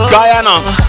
Guyana